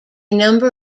number